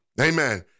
Amen